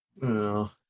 No